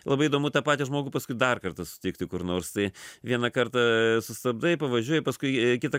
labai įdomu tą patį žmogų paskui dar kartą susitikti kur nors tai vieną kartą sustabdai pavažiuoji paskui kitą